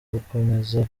gukomeza